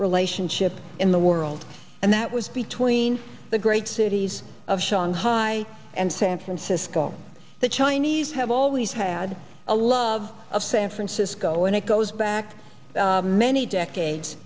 relationship in the world and that was between the great cities of shanghai and san francisco the chinese have always had a love of san francisco and it goes back many decades